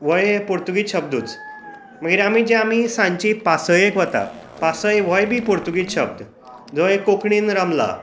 हो एक पुर्तुगीज शब्दूच मागीर जे आमी सांजची पासयेक वतात पासय व्होय बी पुर्तुगीज शब्द जो एक कोंकणींत रमला